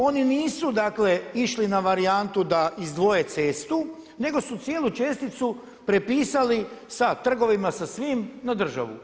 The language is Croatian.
Oni nisu dakle išli na varijantu da izdvoje cestu, nego su cijelu česticu prepisali sa trgovima, sa svim na državu.